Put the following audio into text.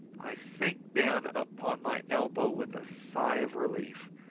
i sank down upon my elbow with a sigh of relief,